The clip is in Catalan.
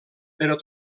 però